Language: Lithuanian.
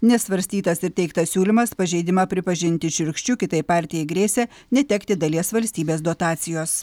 nesvarstytas ir teiktas siūlymas pažeidimą pripažinti šiurkščiu kitaip partijai grėsė netekti dalies valstybės dotacijos